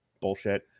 bullshit